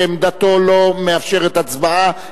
שעמדתו לא מאפשרת הצבעה,